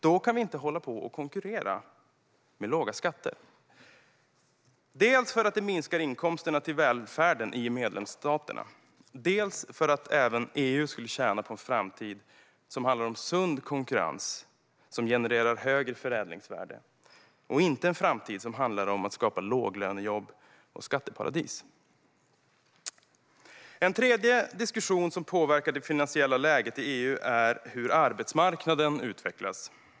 Då kan vi inte hålla på och konkurrera med låga skatter - dels för att det minskar inkomsterna till välfärden i medlemsstaterna, dels för att även EU skulle tjäna på en framtid som handlar om sund konkurrens som genererar högre förädlingsvärde och inte en framtid som handlar om att skapa låglönejobb och skatteparadis. En tredje diskussion som påverkar det finansiella läget i EU är hur arbetsmarknaden utvecklas.